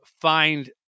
find